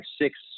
six